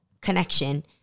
connection